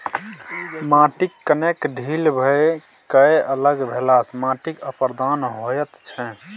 माटिक कणकेँ ढील भए कए अलग भेलासँ माटिक अपरदन होइत छै